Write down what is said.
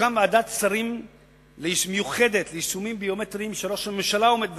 תוקם ועדת שרים מיוחדת ליישומים ביומטריים שראש הממשלה עומד בראשה,